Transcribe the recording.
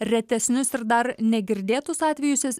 retesnius ir dar negirdėtus atvejus juos